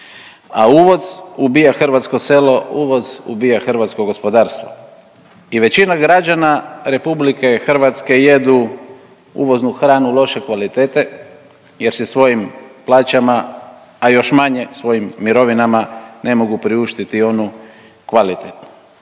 A uvoz ubija hrvatsko selo, uvoz ubija hrvatsko gospodarstvo i većina građana RH jedu uvoznu hranu loše kvalitete jer si svojim plaćama, a još manje svojim mirovinama ne mogu priuštiti onu kvalitetnu.